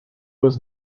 was